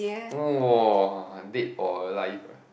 !woah! dead or alive ah